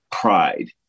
pride